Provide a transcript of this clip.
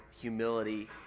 humility